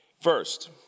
First